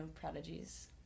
prodigies